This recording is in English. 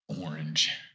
orange